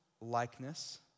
likeness